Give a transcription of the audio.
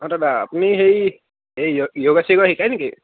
অঁ দাদা আপুনি সেই এই য়োগা চৌগা শিকায় নেকি